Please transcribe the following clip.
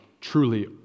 truly